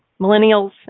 Millennials